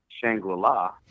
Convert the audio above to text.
Shangri-La